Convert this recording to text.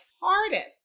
hardest